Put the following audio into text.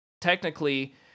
technically